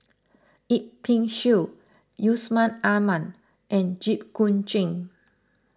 Yip Pin Xiu Yusman Aman and Jit Koon Ch'ng